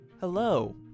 Hello